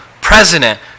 president